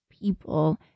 people